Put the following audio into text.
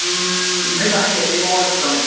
आमफ्राय बाहायनो बे भबानिपुरावनो